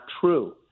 true